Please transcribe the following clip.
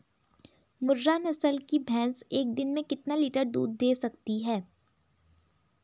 मुर्रा नस्ल की भैंस एक दिन में कितना लीटर दूध दें सकती है?